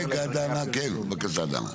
כן בבקשה דנה.